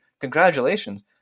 congratulations